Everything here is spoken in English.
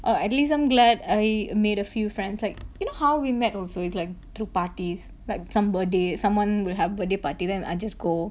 oh at least I'm glad I made a few friends like you know how we met also it's like through parties like somebody someone will have birthday party then I just go